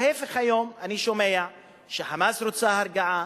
ההיפך היום אני שומע, ש"חמאס" רוצה הרגעה,